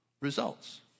results